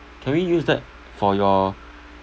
can we use that for your